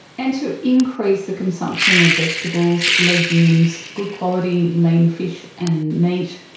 and to increase the consumption of vegetables, legumes, good quality lean fish and meat,